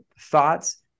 thoughts